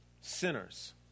sinners